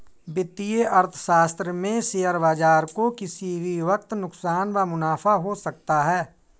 वित्तीय अर्थशास्त्र में शेयर बाजार को किसी भी वक्त नुकसान व मुनाफ़ा हो सकता है